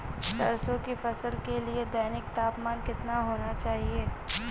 सरसों की फसल के लिए दैनिक तापमान कितना होना चाहिए?